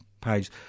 page